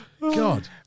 god